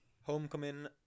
Homecoming